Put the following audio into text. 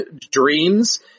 dreams